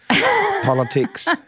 politics